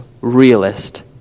realist